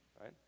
right